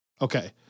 Okay